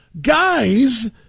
guys